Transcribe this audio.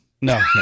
No